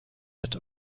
that